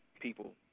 people